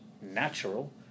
natural